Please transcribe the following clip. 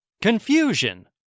Confusion